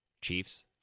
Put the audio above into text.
Chiefs